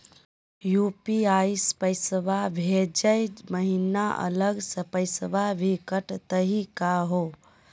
UPI स पैसवा भेजै महिना अलग स पैसवा भी कटतही का हो?